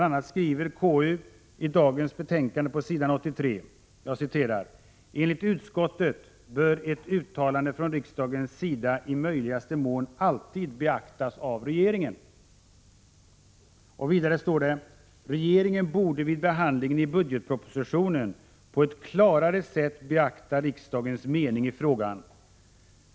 a. skriver utskottet i dagens betänkande på s. 83: ”Enligt utskottet bör ett uttalande från riksdagens sida i möjligaste mån alltid beaktas av regeringen.” Vidare skriver KU att regeringen borde ”vid behandlingen i budgetpropositionen på ett klarare sätt beaktat riksdagens mening i frågan.